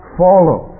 follow